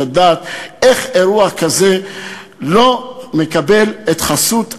הדעת איך אירוע כזה לא מקבל את חסות המדינה.